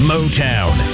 Motown